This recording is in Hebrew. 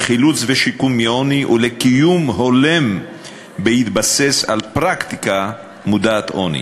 לחילוץ ולשיקום מעוני ולקיום הולם בהתבסס על פרקטיקה מודעת-עוני,